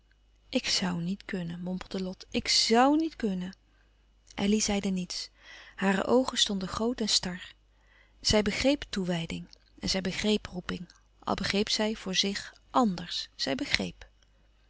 ik zoû niet kunnen mompelde lot ik zoû niet kunnen elly zeide niets hare oogen stonden groot en star zij begreep toewijding en zij begreep roeping al begreep zij voor zich ànders zij begreep